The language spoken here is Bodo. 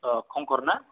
खंखर ना